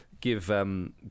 Give